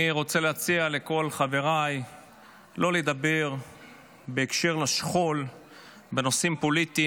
אני רוצה להציע לכל חבריי לא לדבר בהקשר לשכול בנושאים פוליטיים,